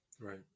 Right